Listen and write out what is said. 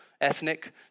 ethnic